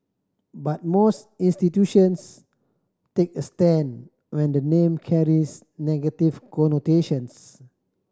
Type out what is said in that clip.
but most institutions take a stand when the name carries negative connotations